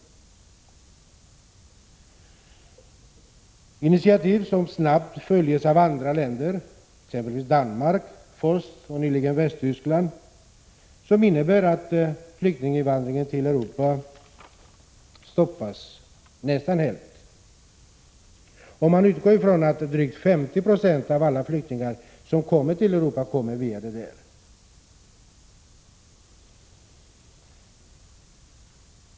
Det är sådana initiativ som snabbt följs av andra länder, exempelvis Danmark och Västtyskland, som innebär att flyktingin vandringen till Europa stoppas nästan helt, om man utgår från att drygt 50 96 av alla flyktingar som kommer till Europa kommer via DDR.